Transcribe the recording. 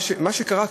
מה שקרה,